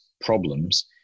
problems